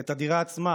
חלילה, את הדירה עצמה,